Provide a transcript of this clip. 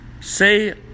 Say